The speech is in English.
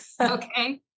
Okay